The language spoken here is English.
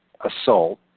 assault